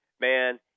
man